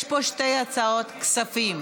יש פה שתי הצעות, כספים.